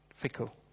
fickle